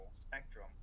Spectrum